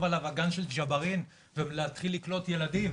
עליו: הגן של ג'בארין ולהתחיל לקלוט ילדים.